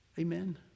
amen